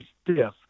stiff